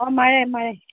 অঁ মাৰে মাৰে